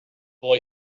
boy